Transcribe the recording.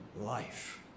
life